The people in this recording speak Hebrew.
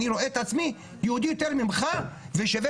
אני רואה את עצמי יהודי יותר ממך ושווה